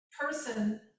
person